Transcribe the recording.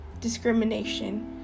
discrimination